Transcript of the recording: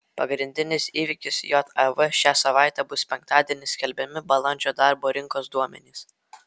pagrindinis įvykis jav šią savaitę bus penktadienį skelbiami balandžio darbo rinkos duomenys